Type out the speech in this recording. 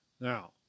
Now